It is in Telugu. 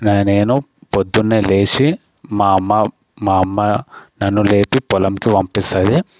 నా నేను పొద్దునే లేచి మా అమ్మ మా అమ్మ నన్ను లేపి పొలంకి పంపిస్తుంది